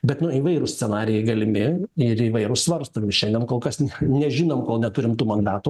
bet nu įvairūs scenarijai galimi ir įvairūs svarstomi šiandien kol kas nežinom kol neturim tų mandatų